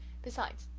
besides,